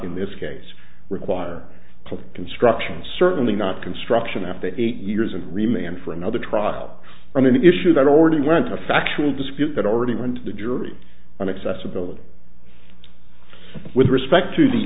in this case require the construction certainly not construction after eight years and remained for another trial on an issue that already went to a factual dispute that already went to the jury on accessibility with respect to the